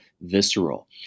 visceral